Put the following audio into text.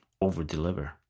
over-deliver